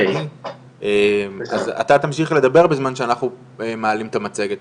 אז אתה תמשיך לדבר בזמן שאנחנו מעלים את המצגת,